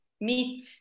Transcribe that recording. meat